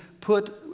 put